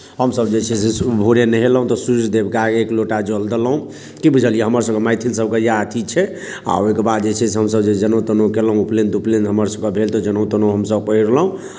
हमसभ जे छै से भोरे नहेलहुँ तऽ सूर्य देवके आगे एक लोटा जल देलहुँ की बुझलियै हमरसभके मैथिलसभके इएह अथी छै आओर ओहिके बाद जे छै से हमसभ जे जनेउ तनेउ केलहुँ उपनयन तुपनयन हमरसभके भेल तऽ जनेउ तनेउ हमसभ पहिरलहुँ